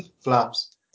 Flaps